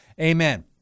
amen